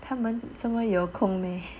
他们这么有